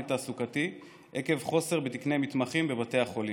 תעסוקתי עקב מחסור בתקני מתמחים בבתי החולים.